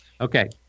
okay